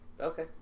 Okay